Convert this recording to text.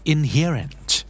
Inherent